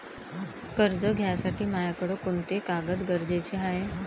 कर्ज घ्यासाठी मायाकडं कोंते कागद गरजेचे हाय?